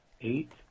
Eight